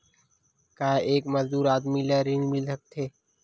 का एक मजदूर आदमी ल ऋण मिल सकथे?